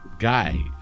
Guy